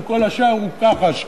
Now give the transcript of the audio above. וכל השאר הוא כחש.